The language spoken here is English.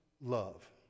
love